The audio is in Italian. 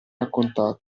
raccontato